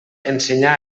ensenyà